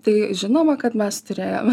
tai žinoma kad mes turėjome